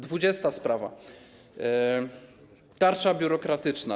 Dwudziesta sprawa - tarcza biurokratyczna.